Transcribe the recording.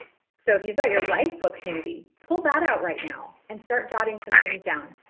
so if you've got your lifebook handy, pull that out right now and start jotting some things down.